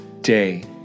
day